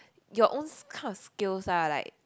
your own kind of skills ah like